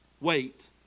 wait